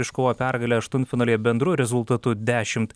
iškovojo pergalę aštuntfinalyje bendru rezultatu dešimt